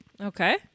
Okay